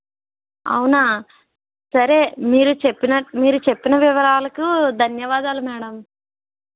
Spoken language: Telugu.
అవునా సరే మీరు చెప్పిన మీరు చెప్పిన వివరాలకు ధన్యవాదాలు మేడం